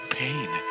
pain